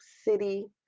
city